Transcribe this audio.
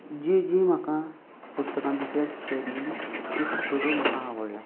जीं जीं म्हाका पुस्तकां दुसऱ्यान सुचयल्लीं तीं सगलीं म्हाका आवडल्यां